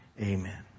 amen